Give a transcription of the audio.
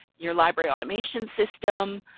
your library automation system.